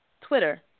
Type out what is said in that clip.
Twitter